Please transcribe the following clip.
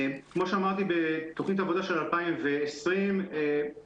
כמו שאמרתי בתוכנית העבודה של 2020 ביצענו